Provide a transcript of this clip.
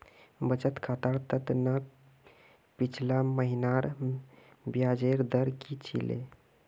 बचत खातर त न पिछला महिनार ब्याजेर दर की छिले